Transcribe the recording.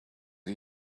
are